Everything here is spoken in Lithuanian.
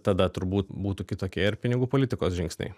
tada turbūt būtų kitokie ir pinigų politikos žingsniai